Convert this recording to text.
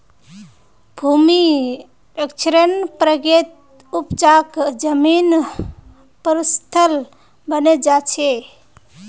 भूमि क्षरनेर प्रक्रियात उपजाऊ जमीन मरुस्थल बने जा छे